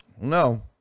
No